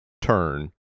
turn